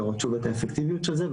לראות שוב את האפקטיביות של זה,